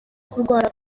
kurwara